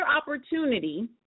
opportunity